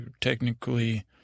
Technically